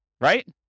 right